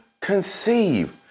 conceive